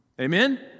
Amen